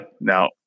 Now